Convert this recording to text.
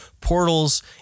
portals